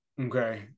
okay